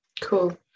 Cool